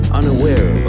unaware